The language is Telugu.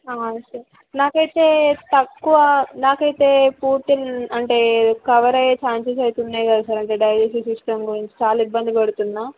సార్ నాకైతే తక్కువ నాకైతే పూర్తి అంటే రికవర్ అయ్యే ఛాన్సెస్ అయితే ఉన్నాయి కదా సార్ అంటే డైజెస్టీవ్ సిస్టం గురించి చాలా ఇబ్బంది పడుతున్నా